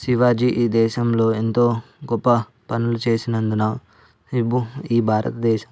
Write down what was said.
శివాజీ ఈ దేశంలో ఎంతో గొప్ప పనులు చేసినందున ఈ భూ ఈ భారత దేశం